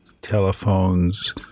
telephones